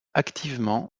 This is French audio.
activement